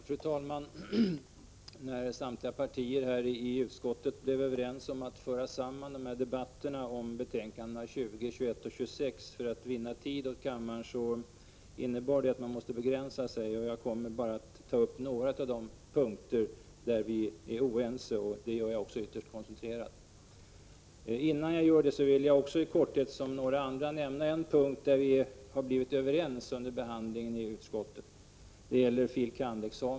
Fru talman! När samtliga partier i utbildningsutskottet blev överens om att föra samman debatterna om betänkandena 20, 21 och 26 för att vinna tid åt kammaren, innebar det att vi måste begränsa oss. Jag kommer därför bara att ta upp några av de punkter där vi är oense, och det gör jag också ytterst koncentrerat. Innan jag gör det vill jag dock liksom några andra nämna en punkt där vi har blivit överens under behandlingen i utskottet. Det gäller fil. kand.- examen.